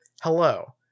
hello